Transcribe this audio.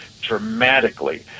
dramatically